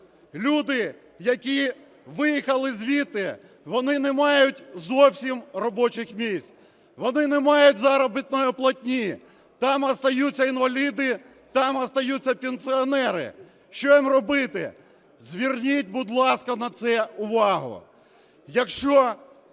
Люди, які виїхали звідти, вони не мають зовсім робочих місць, вони не мають заробітної платні, там остаються інваліди, там остаються пенсіонери, що їм робити? Зверніть, будь ласка, на це увагу.